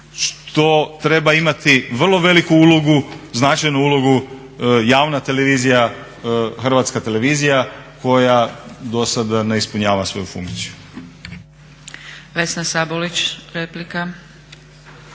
što treba imati vrlo veliku ulogu, značajnu ulogu, javna televizija Hrvatska televizija koja dosada ne ispunjava svoju funkciju.